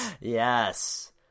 Yes